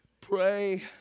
pray